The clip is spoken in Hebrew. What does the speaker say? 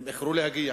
הם איחרו להגיע,